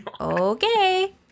Okay